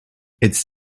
its